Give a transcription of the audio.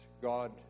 God